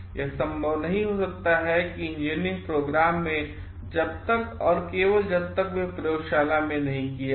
यहसंभव नहींहो सकता है इंजीनियरिंग प्रयोग में जब तक और केवल जब तक वे प्रयोगशाला में नहीं किए जाते